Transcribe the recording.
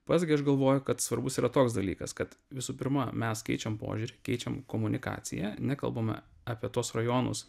pats gi aš galvoju kad svarbus yra toks dalykas kad visų pirma mes keičiam požiūrį keičiam komunikaciją nekalbame apie tuos rajonus